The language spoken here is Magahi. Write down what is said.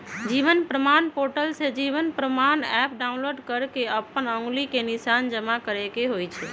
जीवन प्रमाण पोर्टल से जीवन प्रमाण एप डाउनलोड कऽ के अप्पन अँउरी के निशान जमा करेके होइ छइ